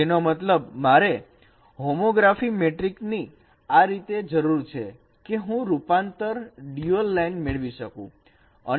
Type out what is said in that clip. જેનો મતલબ મારે હોમોગ્રાફી મેટ્રિક ની આ રીતે જરૂર છે કે હું રૂપાંતરિત ડ્યુઅલ લાઇન મેળવી શકું